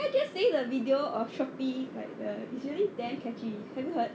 can I just say the video of Shopee like the is really damn catchy have you heard